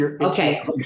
Okay